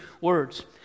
words